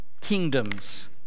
kingdoms